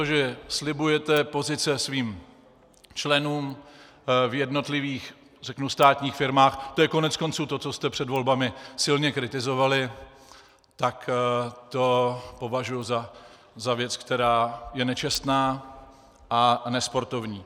Za to, že slibujete pozice svým členům v jednotlivých státních firmách to je koneckonců to, co jste před volbami silně kritizovali to považuji za věc, která je nečestná a nesportovní.